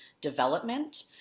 development